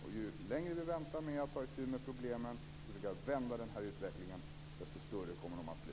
Och ju längre vi väntar med att ta itu med problemen och försöka vända den här utvecklingen, desto större kommer de att bli.